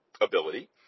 ability